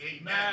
Amen